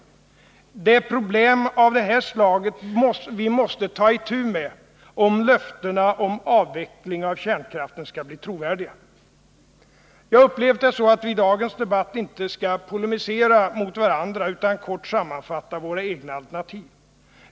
Det är problem av det här slaget vi måste ta itu med om löftena om avveckling av kärnkraften skall bli trovärdiga. Jag har uppfattat det så att vi i dagens debatt inte skall polemisera mot varandra utan endast kort sammanfatta våra egna alternativ.